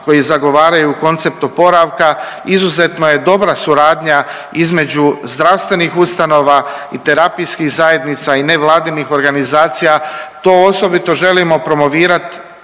koji zagovaraju koncept oporavka, izuzetno je dobra suradnja između zdravstvenih ustanova i terapijskih zajednica i nevladinih organizacija. To osobito želimo promovirat